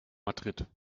madrid